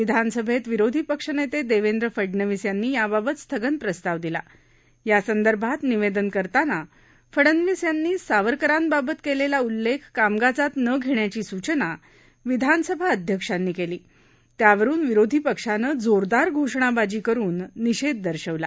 विधानसभेत विरोधी पक्षनेते देवेंद्र फडनवीस यांनी याबाबत स्थगन प्रस्ताव दिला यासंदर्भात निवेदन करताना फडनवीस यांनी सावरकरांबाबत केलेला उल्लेख कामकाजात न घेण्याची सुचना विधानसभा अध्यक्षांनी केली त्यावरून विरोधी पक्षानं जोरदार घोषणाबाजी करून निषेध दर्शवला